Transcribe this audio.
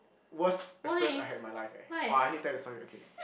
worst experience I had in my life eh !wah! I need to tell you the story okay